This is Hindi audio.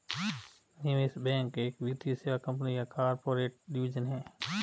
निवेश बैंक एक वित्तीय सेवा कंपनी या कॉर्पोरेट डिवीजन है